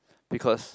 because